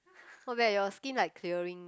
not bad your skin like clearing